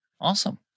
Awesome